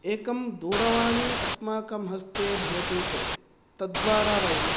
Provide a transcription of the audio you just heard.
एकं दूरवाणी अस्माकं हस्ते भवति चेत् तद्द्वारा वयं